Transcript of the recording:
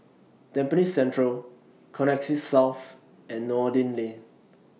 Tampines Central Connexis South and Noordin Lane